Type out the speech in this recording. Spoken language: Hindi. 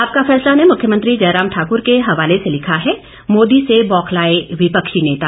आपका फैसला ने मुख्यमंत्री जयराम ठाकुर के हवाले से लिखा है मोदी से बौखलाए विपक्षी नेता